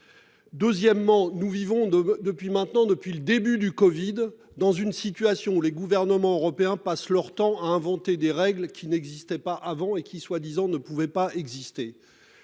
Deuxièmement, nous vivons de depuis maintenant, depuis le début du Covid dans une situation où les gouvernements européens passent leur temps à inventer des règles qui n'existaient pas avant, et qui soit disant ne pouvait pas exister.